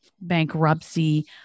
bankruptcy